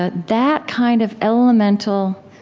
ah that kind of elemental